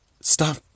stop